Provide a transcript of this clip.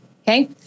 okay